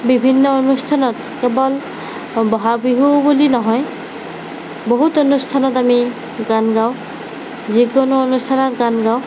বিভিন্ন অনুষ্ঠানত কেৱল বহাগ বিহু বুলি নহয় বহুত অনুষ্ঠানত আমি গান গাওঁ যিকোনো অনুষ্ঠানত গান গাওঁ